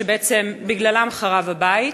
שבעצם בגללם חרב הבית,